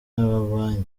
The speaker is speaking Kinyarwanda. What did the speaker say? n’amabanki